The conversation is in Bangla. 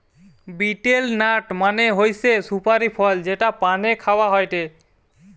বিটেল নাট মানে হৈসে সুপারি ফল যেটা পানে খাওয়া হয়টে